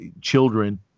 children